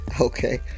okay